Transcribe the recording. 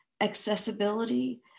accessibility